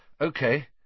Okay